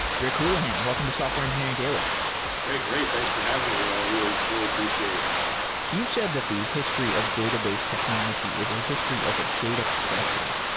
rick houlihan, welcome to software engineering daily hey, great. thanks for having me. i really, really appreciate it you've said that the history of database technology is a history of a data pressure.